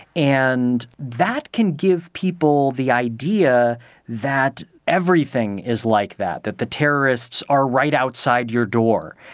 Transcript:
and that can give people the idea that everything is like that, that the terrorists are right outside your door.